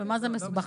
ומה זה מסובך?